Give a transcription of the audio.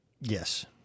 yes